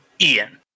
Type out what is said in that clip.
Ian